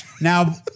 Now